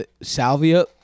Salvia